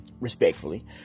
respectfully